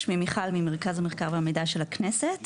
שמי מיכל ממרכז המחקר והמידע של הכנסת,